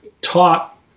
taught